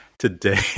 Today